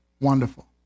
Wonderful